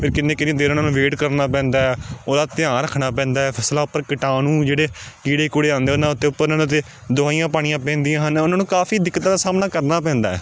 ਫਿਰ ਕਿੰਨੀ ਕਿੰਨੀ ਦੇਰ ਉਹਨਾਂ ਨੂੰ ਵੇਟ ਕਰਨਾ ਪੈਂਦਾ ਉਹਦਾ ਧਿਆਨ ਰੱਖਣਾ ਪੈਂਦਾ ਫਸਲਾਂ ਉੱਪਰ ਕੀਟਾਣੂ ਜਿਹੜੇ ਕੀੜੇ ਕੁੜੇ ਆਉਂਦੇ ਉਹਨਾਂ ਉੱਤੇ ਉੱਪਰ ਉਹਨਾਂ 'ਤੇ ਦਵਾਈਆਂ ਪਾਉਣੀਆਂ ਪੈਂਦੀਆਂ ਹਨ ਉਹਨਾਂ ਨੂੰ ਕਾਫੀ ਦਿੱਕਤਾਂ ਦਾ ਸਾਹਮਣਾ ਕਰਨਾ ਪੈਂਦਾ